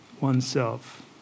oneself